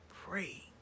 Pray